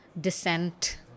descent